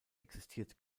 existiert